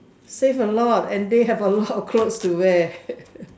save a lot and they have a lot of clothes to wear